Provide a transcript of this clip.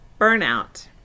burnout